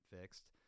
fixed